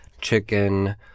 chicken